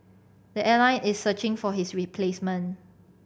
the airline is searching for his replacement